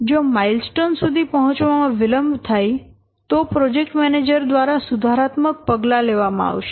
જો માઈલસ્ટોન સુધી પહોંચવામાં વિલંબ થાય તો પ્રોજેક્ટ મેનેજર દ્વારા સુધારાત્મક પગલાં લેવામાં આવશે